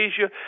Asia